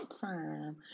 time